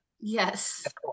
yes